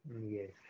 Yes